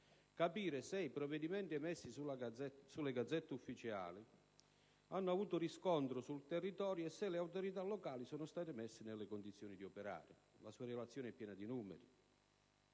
capire se i provvedimenti emessi sulle Gazzette ufficiali hanno avuto riscontro sul territorio e se le autorità locali sono state messe nelle condizioni di operare. La sua relazione è piena di numeri,